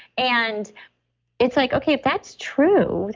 and it's like, okay, if that's true,